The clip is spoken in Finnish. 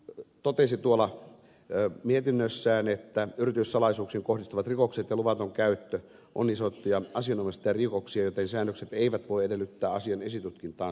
valiokunta totesi mietinnössään että yrityssalaisuuksiin kohdistuvat rikokset ja luvaton käyttö ovat niin sanottuja asianomistajarikoksia joten säännökset eivät voi edellyttää asian esitutkintaan saattamista